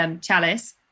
Chalice